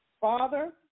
Father